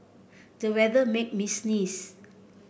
the weather made me sneeze